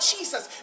Jesus